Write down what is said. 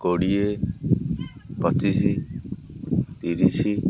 କୋଡ଼ିଏ ପଚିଶି ତିରିଶି